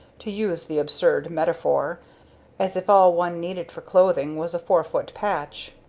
to use the absurd metaphor as if all one needed for clothing was a four foot patch.